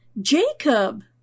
Jacob